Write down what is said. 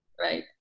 Right